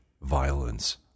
violence